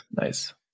Nice